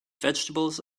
vegetables